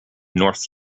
north